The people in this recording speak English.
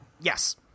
yes